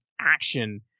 action